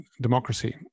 democracy